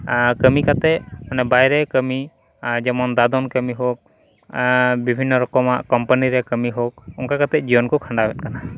ᱟᱨ ᱠᱟᱹᱢᱤ ᱠᱟᱛᱮᱫ ᱢᱟᱱᱮ ᱵᱟᱭᱨᱮ ᱠᱟᱹᱢᱤ ᱡᱮᱢᱚᱱ ᱫᱟᱫᱚᱱ ᱠᱟᱹᱢᱤ ᱦᱳᱠ ᱵᱤᱵᱷᱤᱱᱱᱚ ᱨᱚᱠᱚᱢᱟᱜ ᱠᱳᱢᱯᱟᱱᱤ ᱨᱮ ᱠᱟᱹᱢᱤ ᱦᱳᱠ ᱚᱱᱠᱟ ᱠᱟᱛᱮᱫ ᱡᱤᱭᱚᱱ ᱠᱚ ᱠᱷᱟᱸᱰᱟᱣᱮᱫ ᱠᱟᱱᱟ